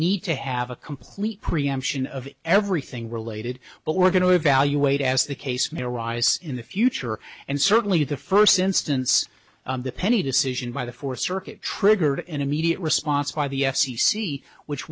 need to have a complete preemption of everything related but we're going to evaluate as the case may arise in the future and certainly the first instance the penny decision by the fourth circuit triggered an immediate response by the f c c which